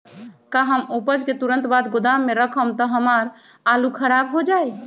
का हम उपज के तुरंत बाद गोदाम में रखम त हमार आलू खराब हो जाइ?